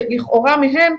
שלכאורה מהן,